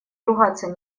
ругаться